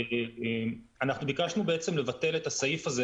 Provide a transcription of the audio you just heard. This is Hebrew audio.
אנחנו ביקשנו לבטל את הסעיף הזה